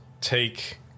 take